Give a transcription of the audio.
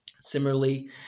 Similarly